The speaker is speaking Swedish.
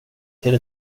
till